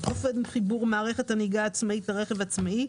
אופן חיבור מערכת הנהיגה העצמאית לרכב העצמאי,